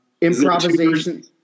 Improvisation